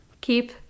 Keep